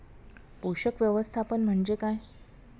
पोषक व्यवस्थापन म्हणजे काय?